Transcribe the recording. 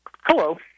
Hello